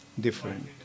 different